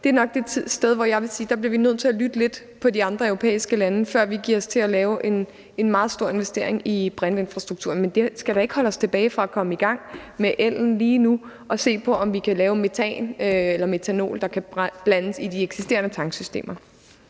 hvor jeg vil sige, at vi bliver nødt til at lytte lidt til de andre europæiske lande, før vi giver os til at lave en meget stor investering. Men det skal da ikke holde os tilbage fra at komme i gang med el lige nu og se på, om vi kan lave metan eller metanol, der kan blandes i de eksisterende tanksystemer.